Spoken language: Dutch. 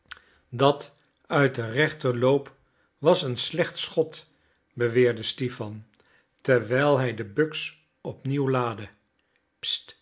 dat uit den rechter loop was een slecht schot beweerde stipan terwijl hij de buks op nieuw laadde